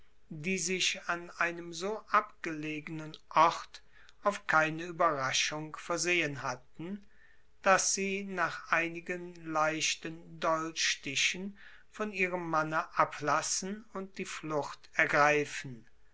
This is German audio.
die sich an einem so abgelegnen ort auf keine überraschung versehen hatten daß sie nach einigen leichten dolchstichen von ihrem manne ablassen und die flucht ergreifen